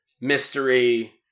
mystery